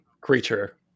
creature